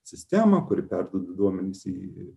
sistemą kuri perduoda duomenis į